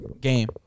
game